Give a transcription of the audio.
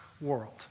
world